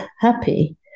happy